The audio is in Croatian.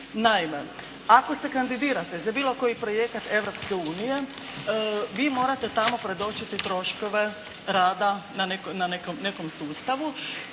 Naime, ako se kandidirate za bilo koji projekat Europske unije vi morate tamo predočiti troškove rada na nekom sustavu